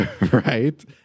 Right